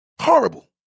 Horrible